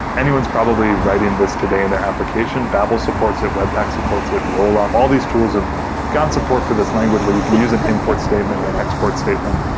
anyone's probably writing this today and their application. babel supports it. webpack supports it, rollup, all these tools have gone support for this language where you can use an import statement or an export statement